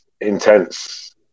intense